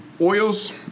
oils